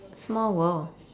small world